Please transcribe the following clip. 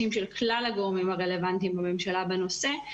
של כלל הגורמים הרלוונטיים בממשלה בנושא,